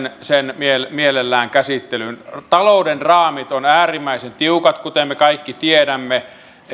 sen mielellämme käsittelyyn talouden raamit ovat äärimmäisen tiukat kuten me kaikki tiedämme